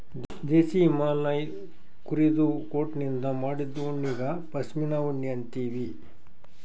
ದೇಶೀ ಹಿಮಾಲಯ್ ಕುರಿದು ಕೋಟನಿಂದ್ ಮಾಡಿದ್ದು ಉಣ್ಣಿಗಾ ಪಶ್ಮಿನಾ ಉಣ್ಣಿ ಅಂತೀವಿ